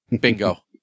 Bingo